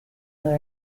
other